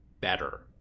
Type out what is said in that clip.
better